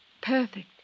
Perfect